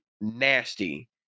nasty